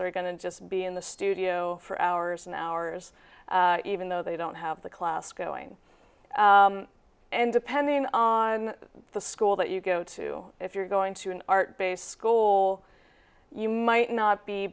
students are going to just be in the studio for hours and hours even though they don't have the class going and depending on the school that you go to if you're going to an art based goal you might